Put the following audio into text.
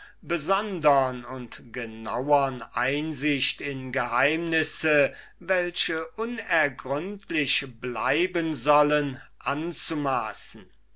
besondern und genauern einsicht in geheimnisse welche unergründlich bleiben sollen anzumaßen